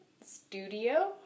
studio